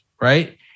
right